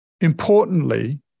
Importantly